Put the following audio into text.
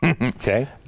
Okay